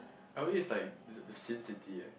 L_A is like the the Sin City eh